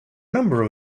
number